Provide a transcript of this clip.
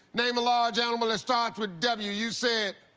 name a large animal that starts with w. you said.